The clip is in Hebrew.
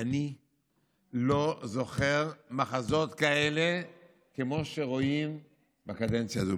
אני לא זוכר מחזות כאלה כמו שרואים בקדנציה הזו,